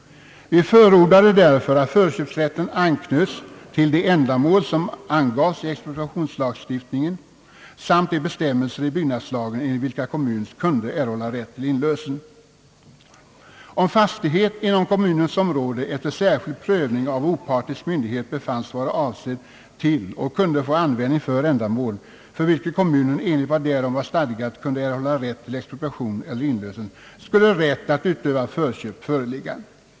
Vi förordade därför att förköpsrätten anknöts till de ändamål som angavs i expropriationslagstiftningen samt de bestämmelser i byggnadslagen, enligt vilka kommun kunde erhålla rätt till inlösen. Om fastighet inom kommunens område efter särskild prövning av opartisk myndighet befanns vara avsedd till och kunde få användning för ändamål, för vilket kommun enligt vad därom var stadgat kunde erhålla rätt till expropriation eller inlösen, skulle rätt att utöva förköp föreligga.